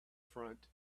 front